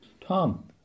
Tom